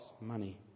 money